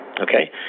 Okay